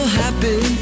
happy